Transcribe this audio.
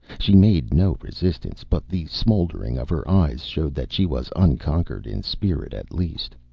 she made no resistance, but the smoldering of her eyes showed that she was unconquered in spirit, at least.